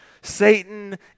satan